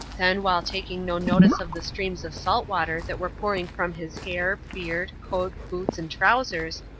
then, while taking no notice of the streams of salt water that were pouring from his hair, beard, coat, boots, and trousers,